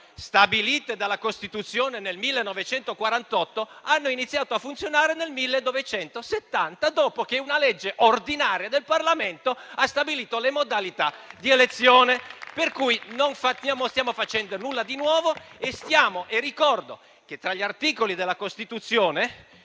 stabilite dalla Costituzione nel 1948, hanno iniziato a funzionare nel 1970, dopo che una legge ordinaria del Parlamento ha stabilito le modalità di elezione. Per cui non stiamo facendo nulla di nuovo e ricordo che nella Costituzione